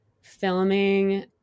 filming